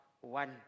one